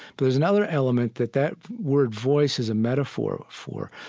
there is another element that that word voice is a metaphor for,